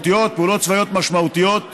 צבאיות משמעותיות